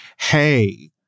hey